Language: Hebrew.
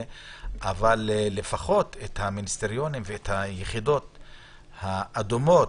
לפחות את המיניסטריונים ואת היחידות האדומות.